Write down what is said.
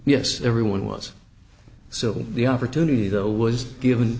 yes everyone was so in the opportunity though was given